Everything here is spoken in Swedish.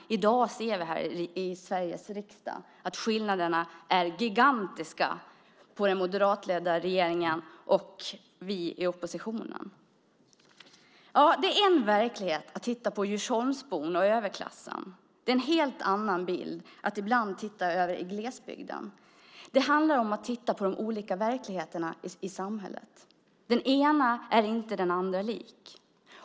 I dag ser vi i Sveriges riksdag att skillnaderna mellan den moderatledda regeringen och oss i oppositionen är gigantiska. Det är en verklighet att titta på Djursholmsbon och överklassen. Det är en helt annan bild att titta på glesbygden. Det handlar om att titta på de olika verkligheterna i samhället. Den ena är inte den andra lik.